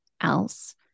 else